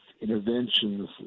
interventions